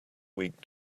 week